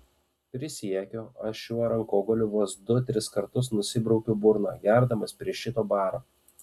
prisiekiu aš šiuo rankogaliu vos du tris kartus nusibraukiau burną gerdamas prie šito baro